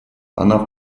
она